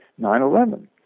9-11